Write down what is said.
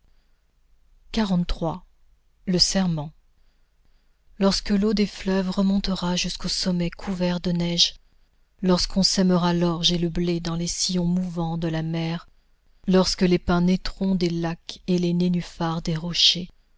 le serment lorsque l'eau des fleuves remontera jusqu'aux sommets couverts de neiges lorsqu'on sèmera l'orge et le blé dans les sillons mouvants de la mer lorsque les pins naîtront des lacs et les nénufars des rochers